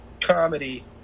comedy